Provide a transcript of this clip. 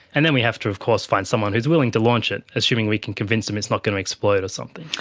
and then we have to of course find someone who is willing to launch it, assuming we can convince them it is not going to explode or something.